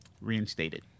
reinstated